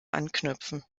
anknüpfen